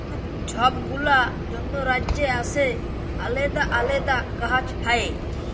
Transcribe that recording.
ছব গুলা যত রাজ্যে আসে আলেদা আলেদা গাহাচ হ্যয়